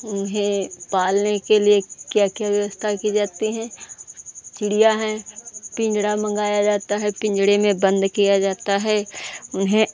उन्हें पालने के लिए क्या क्या व्यवस्था की जाती हैं चिड़ियाँ हैं पिंजड़ा मँगाया जाता है पिंजड़े में बंद किया जाता है उन्हें